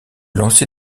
lancer